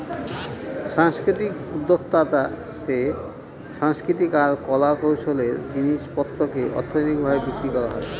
সাংস্কৃতিক উদ্যক্তাতে সাংস্কৃতিক আর কলা কৌশলের জিনিস পত্রকে অর্থনৈতিক ভাবে বিক্রি করা হয়